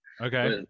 okay